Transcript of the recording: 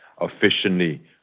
efficiently